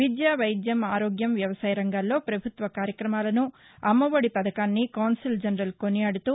విద్య వైద్యం ఆరోగ్యం వ్యవసాయ రంగాల్లో ప్రభుత్వ కార్యక్రమాలను అమ్మఒడి పథకాన్ని కాన్పుల్ జనరల్ కొనియాడుతూ